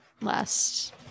last